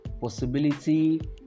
possibility